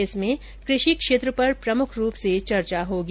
इसमें कृषि क्षेत्र पर प्रमुख रूप से चर्चा होगी